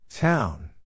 Town